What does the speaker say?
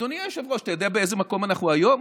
אדוני היושב-ראש, אתה יודע באיזה מקום אנחנו היום?